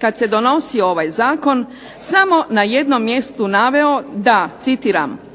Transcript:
kad se donosio ovaj zakon samo na jednom mjestu naveo da, citiram: